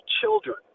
children